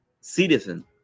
citizen